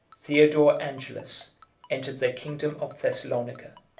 theodore angelus entered the kingdom of thessalonica,